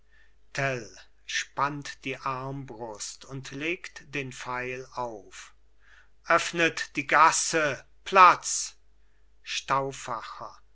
spannt die armbrust und legt den pfeil auf öffnet die gasse platz